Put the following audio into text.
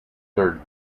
third